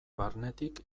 barnetik